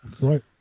Right